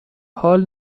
حال